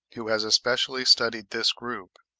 who has especially studied this group,